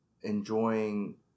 enjoying